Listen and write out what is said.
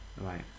Right